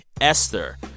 Esther